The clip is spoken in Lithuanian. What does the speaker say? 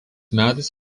metais